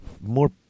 more